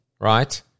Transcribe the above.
right